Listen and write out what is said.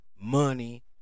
money